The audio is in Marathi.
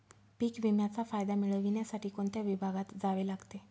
पीक विम्याचा फायदा मिळविण्यासाठी कोणत्या विभागात जावे लागते?